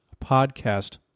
podcast